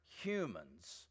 humans